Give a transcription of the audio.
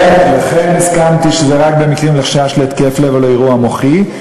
לכן הסכמתי שזה רק במקרים של חשש להתקף לב או לאירוע מוחי,